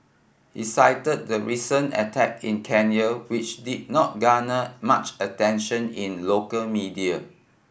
he cited the recent attack in Kenya which did not garner much attention in local media